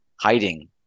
hiding